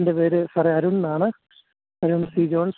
എന്റെ പേര് സാറേ അരുൺ എന്നാണ് അരുൺ സീ ജോൺ